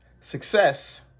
success